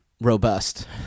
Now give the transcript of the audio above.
robust